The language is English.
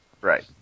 Right